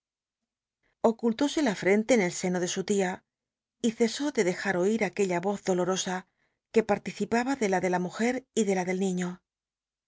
ocullóse la fren te en el seno de su tia y cesó de dejar oir aquella voz dolo osa que participaba de la de la mujer y de la del niiío